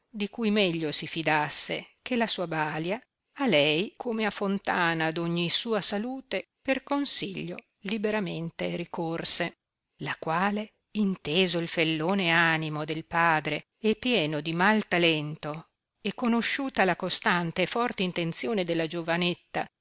di cui meglio si fidasse che la sua balia a lei come a fontana d'ogni sua salute per consiglio liberamente ricorse la quale inteso il fellone animo del padre e pieno di mal talento e conosciuta la costante e forte intenzione della giovanetta